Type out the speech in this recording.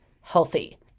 healthy